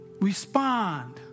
Respond